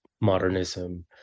modernism